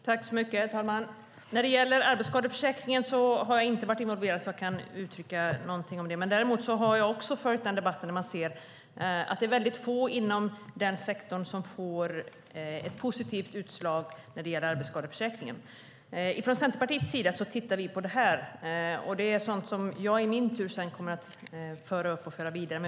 Herr talman! När det gäller arbetsskadeförsäkringen har jag inte varit så involverad att jag kan uttrycka någonting om den. Däremot har jag också följt debatten om att det är väldigt få inom den här sektorn som får ett positivt utslag när det gäller arbetsskadeförsäkringen. Från Centerpartiets sida tittar vi på detta, och det är sådant som jag i min tur kommer att föra upp och föra vidare.